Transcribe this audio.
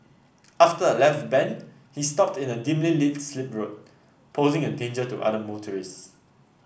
after a left bend he stopped in a dimly lit slip road posing a danger to other motorists